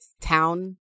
town